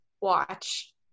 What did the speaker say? watch